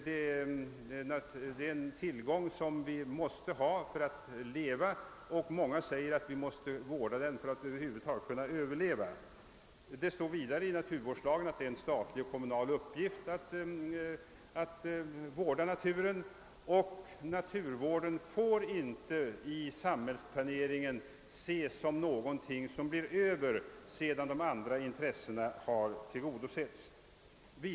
Det är en tillgång som vi måste ha för att leva; många säger att vi måste vårda den för att över huvud taget överleva. Det sägs vidare i naturvårdslagen att det är en statlig och kommunal uppgift att vårda naturen. Naturvården får inte i samhällsplaneringen ses som någonting som man kan ta hänsyn till först sedan andra intressen har tillgodosetts.